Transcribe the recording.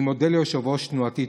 אני מודה ליושב-ראש תנועתי,